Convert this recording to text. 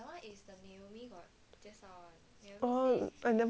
oh I never I never go there